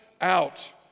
out